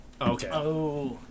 Okay